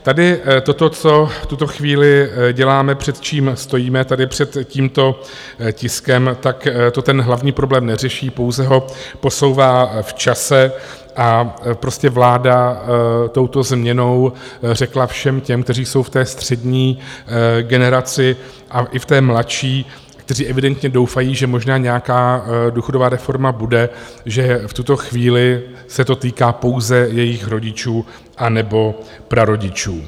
Tady toto, co v tuto chvíli děláme, před čím stojíme, tady před tímto tiskem, to ten hlavní problém neřeší, pouze ho posouvá v čase, a prostě vláda touto změnou řekla všem těm, kteří jsou v střední generaci a i v té mladší, kteří evidentně doufají, že možná nějaká důchodová reforma bude, že v tuto chvíli se to týká pouze jejich rodičů anebo prarodičů.